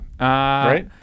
Right